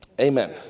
Amen